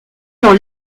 dans